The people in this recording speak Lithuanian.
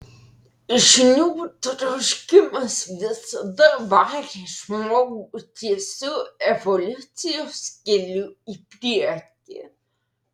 žinių troškimas visada varė žmogų tiesiu evoliucijos keliu į priekį